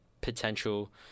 potential